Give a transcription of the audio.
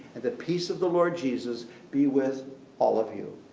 and the peace of the lord jesus be with all of you.